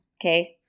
okay